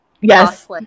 Yes